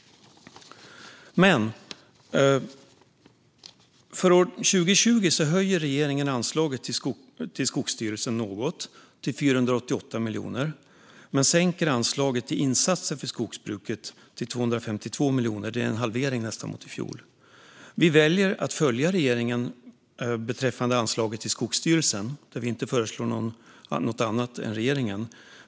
För år 2020 höjer regeringen anslaget till Skogsstyrelsen något till 488 miljoner, men man sänker anslaget till insatser för skogsbruket till 252 miljoner. Det är nästan en halvering mot i fjol. Vi väljer att följa regeringen beträffande anslaget till Skogsstyrelsen, där vi inte föreslår något annat än regeringen.